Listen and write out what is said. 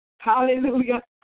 hallelujah